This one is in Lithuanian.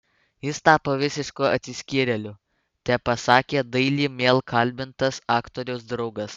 jis tapo visišku atsiskyrėliu tepasakė daily mail kalbintas aktoriaus draugas